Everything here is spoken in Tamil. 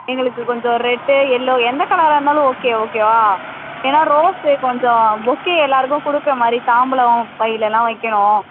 எங்களுக்கு கொஞ்சம் ரெட்டு எல்லோ எந்த கலராக இருந்தாலும் ஓகே ஓகேவா ஏன்னால் ரோஸ்ஸு கொஞ்சம் பொக்கே எல்லோருக்கும் கொடுக்குற மாதிரி தாம்பூலம் பைலெல்லாம் வைக்கணும்